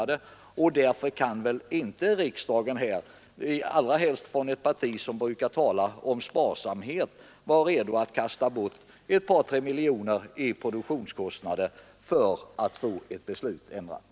Därför kan vi inte här i riksdagen — och det gäller väl i synnerhet ett parti som brukar tala om sparsamhet — kasta bort ett par tre miljoner i produktionskostnader bara för att få ett beslut ändrat.